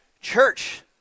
church